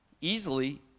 easily